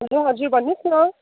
hello हजुर भन्नुहोस् न